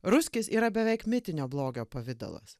ruskis yra beveik mitinio blogio pavidalas